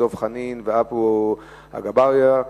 דב חנין ועפו אגבאריה,